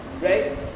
right